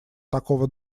такого